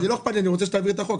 אני רוצה שתעביר את החוק.